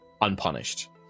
unpunished